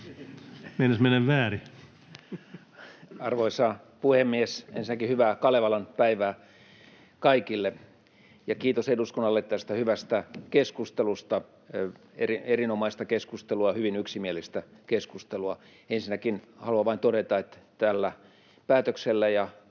Arvoisa puhemies! Hyvää Kalevalan päivää kaikille, ja kiitos eduskunnalle tästä hyvästä keskustelusta: erinomaista keskustelua, hyvin yksimielistä keskustelua. Ensinnäkin haluan vain todeta, että tällä päätöksellä